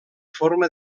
forma